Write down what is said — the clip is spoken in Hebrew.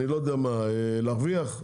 להרוויח,